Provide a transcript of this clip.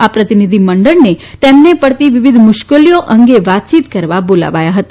આ પ્રતિનિધિ મંડળને તેમને પડતી વિવિધ મુશ્કેલીઓ અંગે વાતયીત કરવા બોલાવાયા હતા